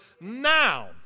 now